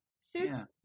Suits